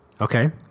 Okay